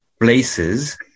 places